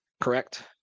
correct